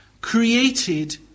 created